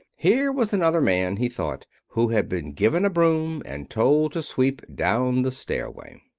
here was another man, he thought, who had been given a broom and told to sweep down the stairway.